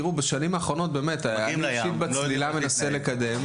בשנים האחרונות --- בצלילה מנסה לקדם.